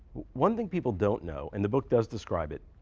one thing people don't know, and the book does describe it,